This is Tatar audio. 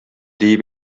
диеп